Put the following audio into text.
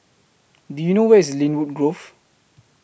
Do YOU know Where IS Lynwood Grove